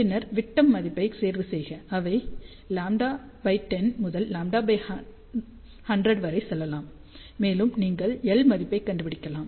பின்னர் விட்டம் மதிப்பைத் தேர்வுசெய்க அவை λ 10 முதல் λ100 வரை சொல்லலாம் மேலும் நீங்கள் எல் மதிப்பைக் கண்டுபிடிக்கலாம்